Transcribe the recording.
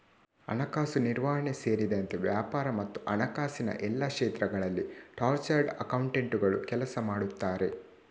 ಹಣಕಾಸು ನಿರ್ವಹಣೆ ಸೇರಿದಂತೆ ವ್ಯಾಪಾರ ಮತ್ತು ಹಣಕಾಸಿನ ಎಲ್ಲಾ ಕ್ಷೇತ್ರಗಳಲ್ಲಿ ಚಾರ್ಟರ್ಡ್ ಅಕೌಂಟೆಂಟುಗಳು ಕೆಲಸ ಮಾಡುತ್ತಾರೆ